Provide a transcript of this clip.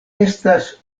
estas